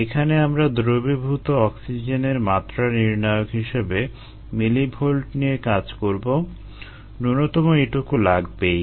এখানে আমরা দ্রবীভূত অক্সিজেনের মাত্রা নির্ণায়ক হিসেবে মিলিভোল্ট নিয়ে কাজ করবো ন্যূনতম এটুকু লাগবেই